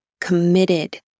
committed